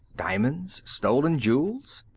diamonds? stolen jewels?